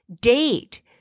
date